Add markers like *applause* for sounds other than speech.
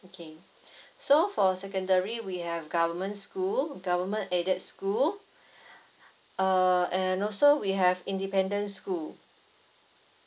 okay *breath* so for secondary we have government school government aided school *breath* uh and also we have independent school